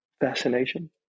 fascination